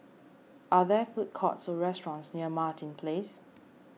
are there food courts or restaurants near Martin Place